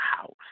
house